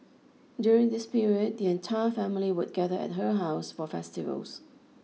during this period the entire family would gather at her house for festivals